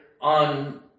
on